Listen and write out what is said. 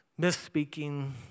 misspeaking